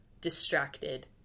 distracted